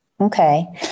okay